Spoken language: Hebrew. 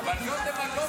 --- אבל זה לא.